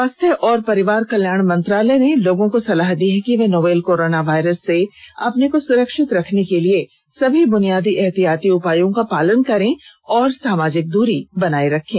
स्वास्थ्य और परिवार कल्याण मंत्रालय ने लोगों को सलाह दी है कि वे नोवल कोरोना वायरस से अपने को सुरक्षित रखने के लिए सभी बुनियादी एहतियाती उपायों का पालन करें और सामाजिक दूरी बनाए रखें